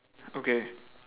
okay